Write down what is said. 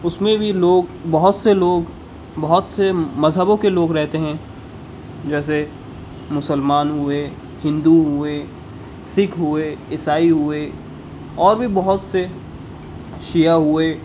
اس میں بھی لوگ بہت سے لوگ بہت سے مذہبوں کے لوگ رہتے ہیں جیسے مسلمان ہوئے ہندو ہوئے سکھ ہوئے عیسائی ہوئے اور بھی بہت سے شیعہ ہوئے